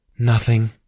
Nothing